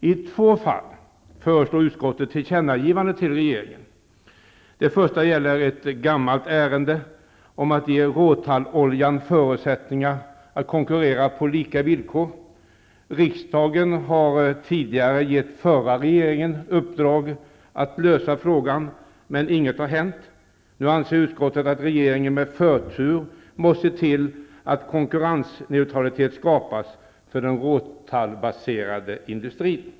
I två fall föreslår utskottet tillkännagivande till regeringen. Det första gäller ett gammalt ärende om att ge råtalloljan förutsättningar att konkurrera på lika villkor. Riksdagen har tidigare gett förra regeringen i uppdrag att lösa denna fråga, men inget har hänt. Nu anser utskottet att regeringen med förtur måste se till att konkurrensneutralitet skapas för den råtallbaserade industrin.